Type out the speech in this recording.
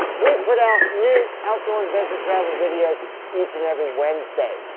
we put out new outdoor adventure travel videos each and every wednesday,